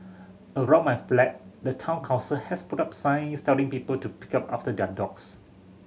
around my flat the Town Council has put up signs telling people to pick up after their dogs